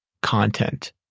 content